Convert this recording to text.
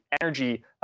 energy